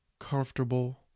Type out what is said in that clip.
comfortable